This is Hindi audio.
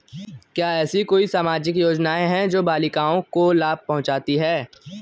क्या ऐसी कोई सामाजिक योजनाएँ हैं जो बालिकाओं को लाभ पहुँचाती हैं?